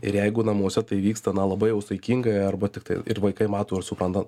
ir jeigu namuose tai vyksta na labai jau saikingai arba tiktai ir vaikai mato ir supranta